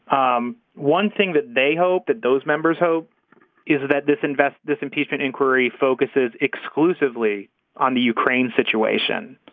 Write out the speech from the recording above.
um one thing that they hope that those members hope is that this invest this impeachment inquiry focuses exclusively on the ukraine situation.